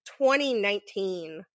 2019